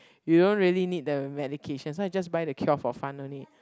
you don't really need the medication so I just buy the cure for fun only